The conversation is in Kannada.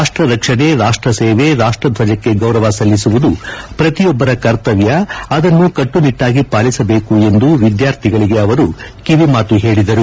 ರಾಷ್ಟ ರಕ್ಷಣೆ ರಾಷ್ಟ ಸೇವೆ ರಾಷ್ಟರ್ಡಜಕ್ಕೆ ಗೌರವ ಸಲ್ಲಿಸುವುದು ಪ್ರತಿಯೊಬ್ಬರ ಕರ್ತವ್ಯ ಅದನ್ನು ಕಟ್ಟನಿಟ್ಟಾಗಿ ಪಾಲಿಸಬೇಕು ಎಂದು ವಿದ್ಯಾಥಿಗಳಿಗೆ ಅವರು ಕಿವಿ ಮಾತು ಹೇಳಿದರು